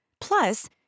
Plus